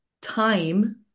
time